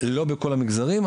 לא בכל המגזרים.